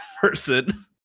person